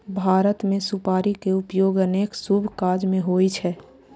भारत मे सुपारी के उपयोग अनेक शुभ काज मे होइ छै